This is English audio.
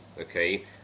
okay